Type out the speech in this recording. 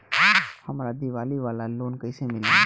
हमरा दीवाली वाला लोन कईसे मिली?